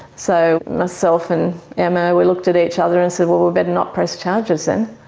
so myself and emma we looked at each other and said well we'd better not press charges then.